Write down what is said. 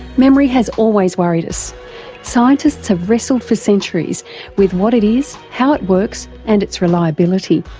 memory has always worried us scientists have wrestled for centuries with what it is, how it works and its reliability.